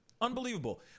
unbelievable